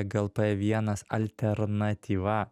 glp vienas alternatyva